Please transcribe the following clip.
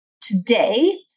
today